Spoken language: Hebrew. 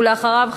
ואחריו,